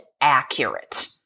accurate